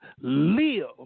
live